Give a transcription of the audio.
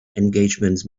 engagements